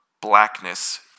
Blackness